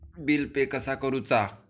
Bill pay कसा करुचा?